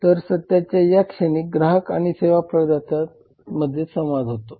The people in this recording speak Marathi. तर सत्याच्या या क्षणी ग्राहक आणि सेवा प्रदात्यामध्ये संवाद होतो